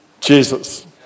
Jesus